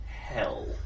hell